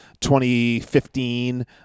2015